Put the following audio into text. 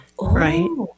Right